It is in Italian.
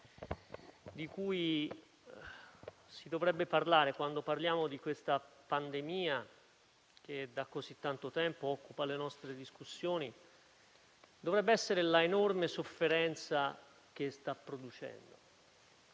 parere, si dovrebbe parlare quando si discute della pandemia che da così tanto tempo occupa le nostre discussioni dovrebbe essere l'enorme sofferenza che sta producendo